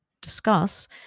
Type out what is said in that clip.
discuss